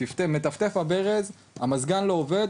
מטפטף הברז או המזגן לא עובד?